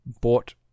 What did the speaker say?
bought